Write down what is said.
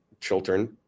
Chiltern